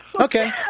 Okay